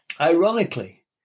Ironically